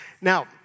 Now